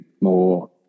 more